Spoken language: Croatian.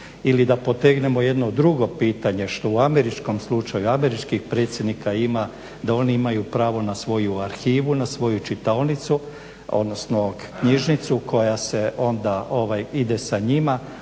Ili da potegnemo jedno drugo pitanje što u američkom slučaju američkih predsjednika ima da oni imaju pravo na svoju arhivu, na svoju čitaonicu, odnosno knjižnicu koja onda ide sa njima,